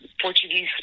Portuguese